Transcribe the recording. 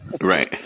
right